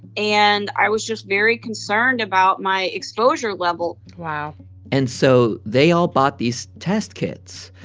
and i was just very concerned about my exposure level wow and so they all bought these test kits.